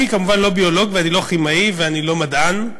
אני כמובן לא ביולוג ואני לא כימאי ואני לא מדען,